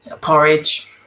Porridge